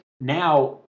now